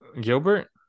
Gilbert